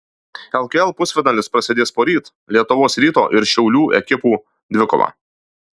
lkl pusfinalis prasidės poryt lietuvos ryto ir šiaulių ekipų dvikova